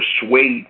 persuade